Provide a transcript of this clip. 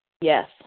Yes